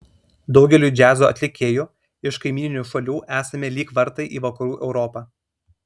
daugeliui džiazo atlikėjų iš kaimyninių šalių esame lyg vartai į vakarų europą